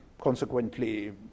consequently